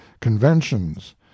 conventions